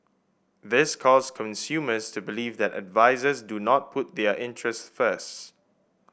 this caused consumers to believe that advisers do not put their interests first